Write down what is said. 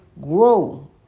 grow